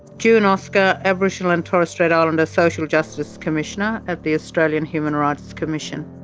june oscar, aboriginal and torres strait islander social justice commissioner at the australian human rights commission.